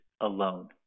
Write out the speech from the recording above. alone